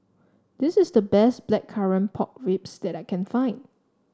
this is the best Blackcurrant Pork Ribs that I can find